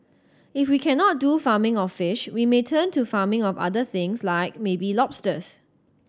if we cannot do farming of fish we may turn to farming of other things like maybe lobsters